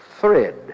thread